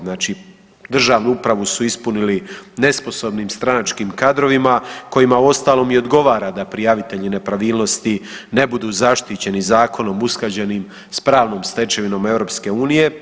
Znači, državnu upravu su ispunili nesposobnim stranačkim kadrovima kojima uostalom i odgovara da prijavitelji nepravilnosti ne budu zaštićeni zakonom usklađenim sa pravnom stečevinom EU.